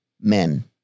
Men